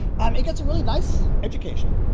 i mean gets a really nice education.